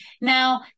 Now